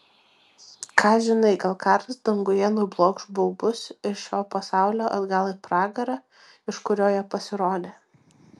ką žinai gal karas danguje nublokš baubus iš šio pasaulio atgal į pragarą iš kurio jie pasirodė